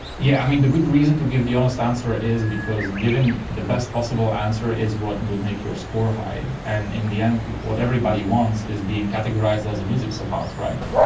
yeah the good reason to give the honest answer is because giving the best possible answer is what and will make your score high, and in the end what everybody wants is being categorised as a music savant, right?